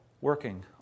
working